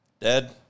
Dead